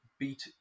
beat